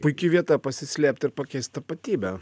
puiki vieta pasislėpt ir pakeist tapatybę